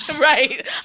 right